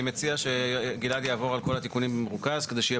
אני מציע שגלעד יעבור על כל התיקונים במרוכז כדי שיהיה